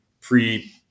pre